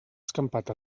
escampat